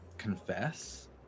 confess